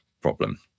problem